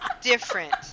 different